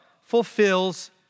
fulfills